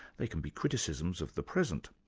they can be criticisms of the present.